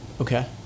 Okay